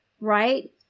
right